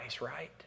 right